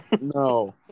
No